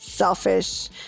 Selfish